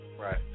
Right